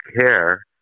care